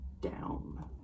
down